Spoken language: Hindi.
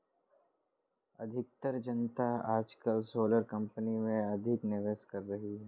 अधिकतर जनता आजकल सोलर कंपनी में अधिक निवेश कर रही है